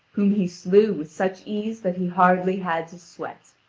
whom he slew with such ease that he hardly had to sweat.